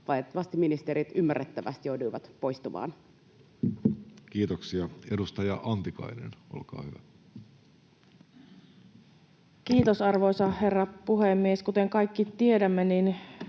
valitettavasti ministerit, ymmärrettävästi, joutuivat poistumaan. Kiitoksia. — Edustaja Antikainen, olkaa hyvä. Kiitos, arvoisa herra puhemies! Kuten kaikki tiedämme,